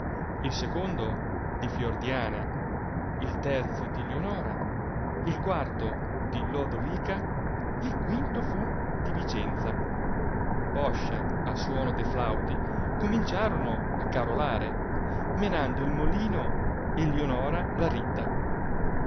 il secondo di fiordiana il terzo di lionora il quarto di lodovica il quinto fu di vicenza poscia a suono de flauti cominciorono a carolare menando il molino e lionora la ridda